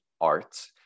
art